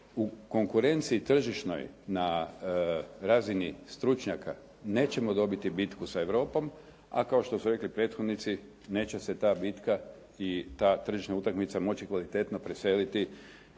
u konkurenciji tržišnoj na razini stručnjaka nećemo dobiti bitku sa Europom. A kao što su rekli prethodnici neće se ta bitka i ta tržišna utakmica moći kvalitetno preseliti